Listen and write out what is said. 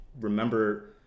remember